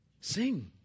Sing